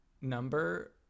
number